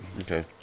Okay